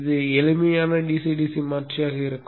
இது எளிமையான DC DC மாற்றியாக இருக்கும்